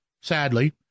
Sadly